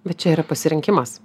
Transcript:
bet čia yra pasirinkimas